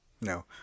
No